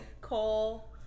Cole